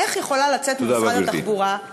איך יכולה לצאת ממשרד התחבורה, תודה רבה, גברתי.